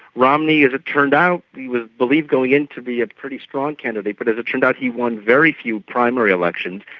romney, as it turned out, he was believed, going in, to be a pretty strong candidate, but as it turned out, he won very few primary elections.